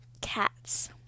cats